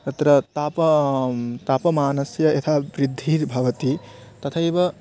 अत्र ताप तापमानस्य यथा वृद्धिर्भवति तथैव